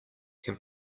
can